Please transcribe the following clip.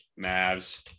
Mavs